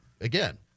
again